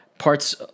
Parts